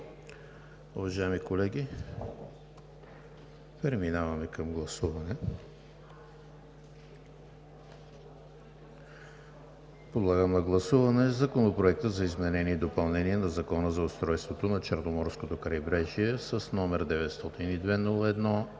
Уважаеми колеги, преминаваме към гласуване. Подлагам на гласуване Законопроект за изменение и допълнение на Закона за устройството на Черноморското крайбрежие, № 902-01-8,